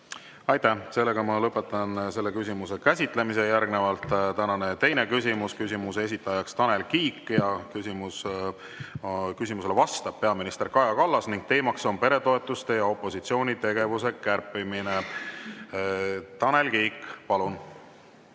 Aitäh! Lõpetan selle küsimuse käsitlemise. Järgnevalt tänane teine küsimus. Küsimuse esitab Tanel Kiik, küsimusele vastab peaminister Kaja Kallas ning teema on peretoetuste ja opositsiooni tegevuse kärpimine. Tanel Kiik, palun!